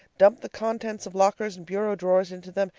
dumped the contents of lockers and bureau drawers into them,